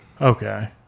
Okay